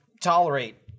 tolerate